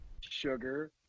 sugar